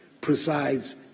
presides